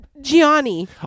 Gianni